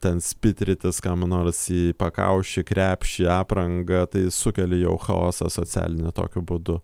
ten spitrytis kam nors į pakaušį krepšį aprangą tai sukeli jau chaosą socialinį tokiu būdu